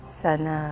sana